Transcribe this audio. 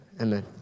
Amen